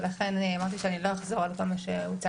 ולכן אמרתי שאני לא אחזור על כל מה שהוצג.